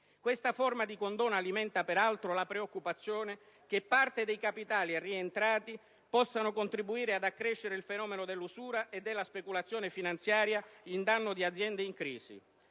Questa forma di condono alimenta, peraltro, la preoccupazione che parte dei capitali rientrati possano contribuire ad accrescere il fenomeno dell'usura e della speculazione finanziaria in danno di aziende in crisi,